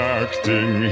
acting